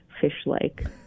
Fish-like